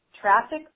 traffic